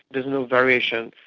there's no variation.